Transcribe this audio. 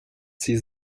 sie